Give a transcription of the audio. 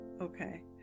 Okay